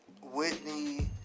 Whitney